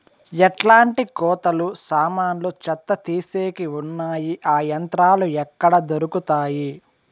ఎట్లాంటి కోతలు సామాన్లు చెత్త తీసేకి వున్నాయి? ఆ యంత్రాలు ఎక్కడ దొరుకుతాయి?